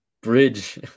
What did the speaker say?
bridge